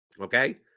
Okay